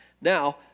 Now